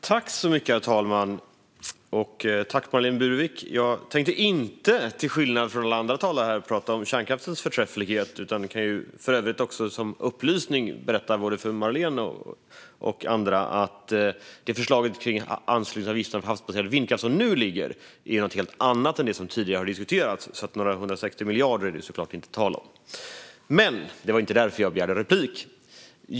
Herr talman! Jag tackar Marlene Burwick för detta. Jag tänkte inte, till skillnad från alla andra talare här, prata om kärnkraftens förträfflighet. För övrigt, som en upplysning, kan jag berätta för både Marlene Burwick och andra att det förslag om anslutningsavgifter för havsbaserad vindkraft som nu föreligger är någonting helt annat än det som tidigare har diskuterats. Några 160 miljarder är det såklart inte tal om. Men det var inte därför som jag begärde replik.